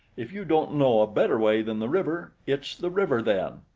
if you don't know a better way than the river, it's the river then.